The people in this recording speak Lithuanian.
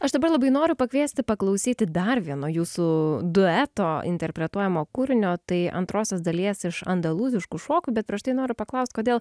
aš dabar labai noriu pakviesti paklausyti dar vieno jūsų dueto interpretuojamo kūrinio tai antrosios dalies iš andaluziškų šokių bet prieš tai noriu paklaust kodėl